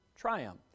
triumph